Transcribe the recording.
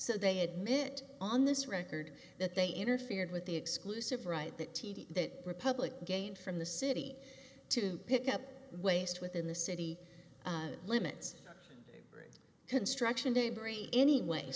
so they admit on this record that they interfered with the exclusive right that t d that republic gained from the city to pick up waste within the city limits construction daybreak anyway